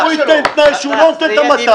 הוא ייתן תנאי שהוא לא נותן את המטע.